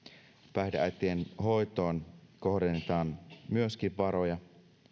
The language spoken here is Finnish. päihdeäitien hoitoon kohdennetaan myöskin varoja